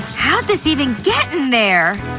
how'd this even get in there?